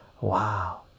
Wow